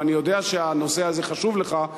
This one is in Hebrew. ואני יודע שהנושא הזה חשוב לך,